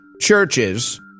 churches